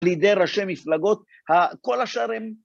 לידי ראשי מפלגות, כל השאר הם...